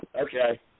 Okay